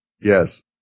Yes